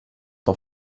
der